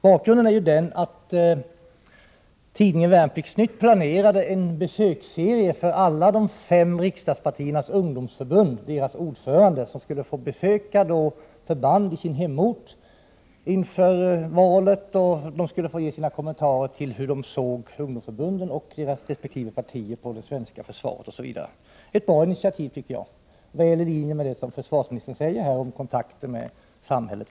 Bakgrunden är att tidningen Värnplikts-Nytt planerade en besöksserie för ordförandena i de fem riksdagspartiernas ungdomsförbund. Dessa skulle inför valet få besöka förband på sin hemort. De skulle bl.a. kommentera partiernas och ungdomsförbundens syn på det svenska försvaret. Jag tycker att det var ett bra initiativ, väl i linje med det som försvarsministern sade om försvarets kontakter med samhället.